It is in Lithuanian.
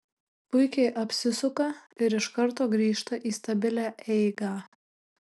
puikiai apsisuka ir iš karto grįžta į stabilią eigą